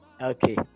Okay